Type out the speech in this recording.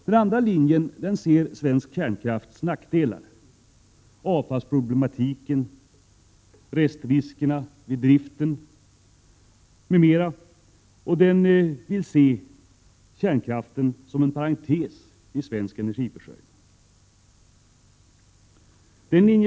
Den andra linjen ser fördelarna men också nackdelarna med kärnkraften — avfallsproblemen, restriskerna vid driften m.m. Den vill betrakta kärnkraften som en parentes i svensk energiförsörjning.